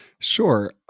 Sure